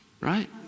right